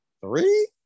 three